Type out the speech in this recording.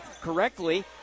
correctly